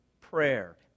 prayer